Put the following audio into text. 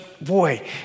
Boy